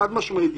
חד-משמעית,